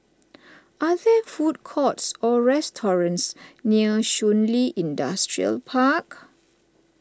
are there food courts or restaurants near Shun Li Industrial Park